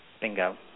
Bingo